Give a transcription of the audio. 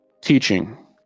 Teaching